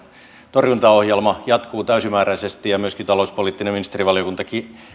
torjuntaohjelma jatkuu täysimääräisesti ja myöskin talouspoliittinen ministerivaliokunta